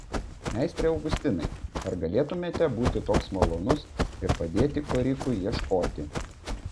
meistre augustinai ar galėtumėte būti toks malonus ir padėti korikui ieškoti